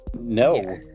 No